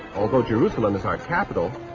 although jerusalem is our capital,